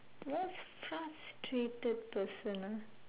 most frustrated person ah